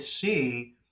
see